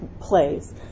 plays